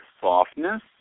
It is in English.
softness